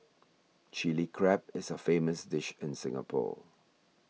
Chilli Crab is a famous dish in Singapore